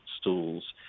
stools